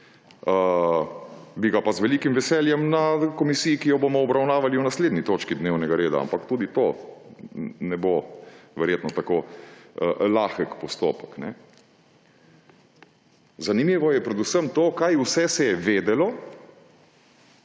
bi ga pa z velikim veseljem na komisiji, ki jo bomo obravnavali pri naslednji točki dnevnega reda, ampak tudi to verjetno ne bo tako lahek postopek. Zanimivo je predvsem to, kaj vse se je vedelo,